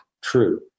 true